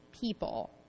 people